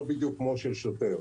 לא בדיוק כמו של שוטר.